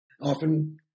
often